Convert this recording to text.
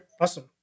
awesome